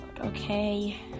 okay